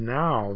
now